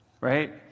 Right